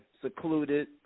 secluded